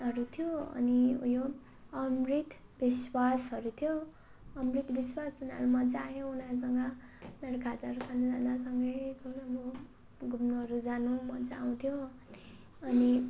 हरू थियो अनि उयो अमृत विश्वासहरू थियो अमृत विश्वास उनीहरू मजा आयो उनीहरूसँग उनीहरू खाजाहरू खान जाँदा सँगै कुरो अब घुम्नुहरू जानु मजा आउँथ्यो अनि